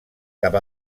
cap